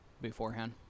beforehand